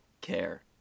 care